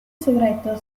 segreto